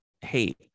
hey